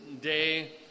day